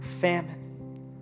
famine